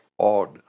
Odd